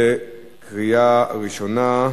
קריאה ראשונה.